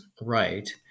right